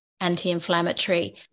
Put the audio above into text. anti-inflammatory